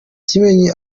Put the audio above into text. kimenyi